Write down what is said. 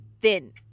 thin